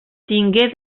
tingué